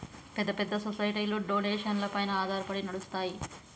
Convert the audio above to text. పెద్ద పెద్ద సొసైటీలు డొనేషన్లపైన ఆధారపడి నడుస్తాయి